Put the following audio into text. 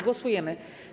Głosujemy.